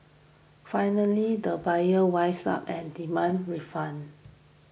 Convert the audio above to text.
finally the buyer wised up and demanded refund